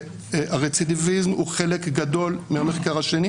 הרצידביזם הוא חלק גדול מהמחקר השני.